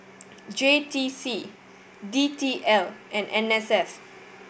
J T C D T L and N S F